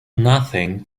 nothing